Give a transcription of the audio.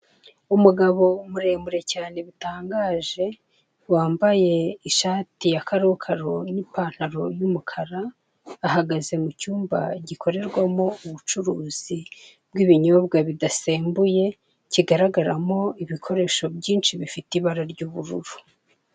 Umugabo muremure cyane bitangaje wambaye ishati ya karokaro n'ipantaro y'umukara, ahagaze mu cyumba gikorerwamo ubucuruzi bw'ibinyobwa bidasembuye kigaragaramo ibikoresho byinshi bifite ibara ry'ubururu.